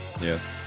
Yes